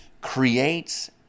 creates